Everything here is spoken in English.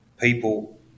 people